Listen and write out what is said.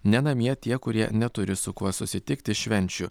ne namie tie kurie neturi su kuo susitikti švenčių